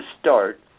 start